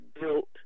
built